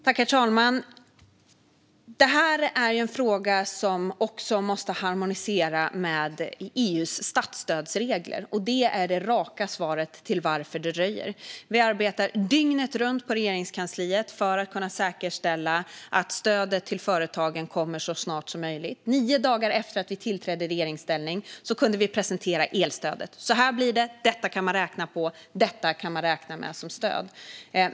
Herr talman! Det här är en fråga som också måste harmoniseras med EU:s statsstödsregler. Det är det raka svaret på varför det dröjer. Vi arbetar dygnet runt på Regeringskansliet för att kunna säkerställa att stödet till företagen kommer så snart som möjligt. Nio dagar efter att vi tillträdde i regeringsställning kunde vi presentera elstödet: Så här blir det, och detta kan man räkna med som stöd.